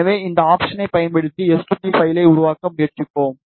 எனவே இந்த ஆப்ஷனை பயன்படுத்தி எஸ்2பி பைலை உருவாக்க முயற்சிப்போம்